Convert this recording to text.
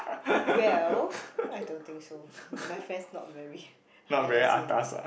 well I don't think so my friends not very high S_E_S